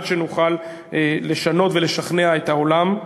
עד שנוכל לשנות ולשכנע את העולם.